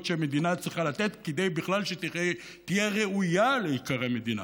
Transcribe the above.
שמדינה צריכה לתת כדי בכלל שתהיה ראויה להיקרא מדינה.